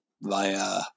via